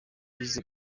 bize